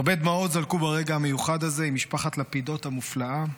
הרבה דמעות זלגו ברגע המיוחד הזה עם משפחת לפידות המופלאה,